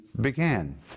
began